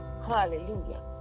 Hallelujah